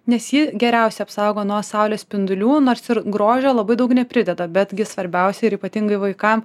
nes ji geriausia apsaugo nuo saulės spindulių nors ir grožio labai daug neprideda betgi svarbiausia ir ypatingai vaikam